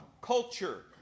culture